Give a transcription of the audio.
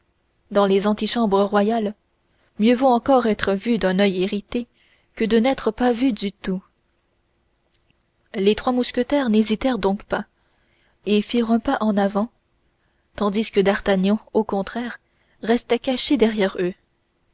dans les antichambres royales mieux vaut encore être vu d'un oeil irrité que de n'être pas vu du tout les trois mousquetaires n'hésitèrent donc pas et firent un pas en avant tandis que d'artagnan au contraire restait caché derrière eux